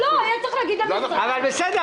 התוכנית הזאת לא תוכנית גדולה אבל יש לה השפעה